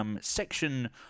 section